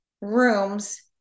rooms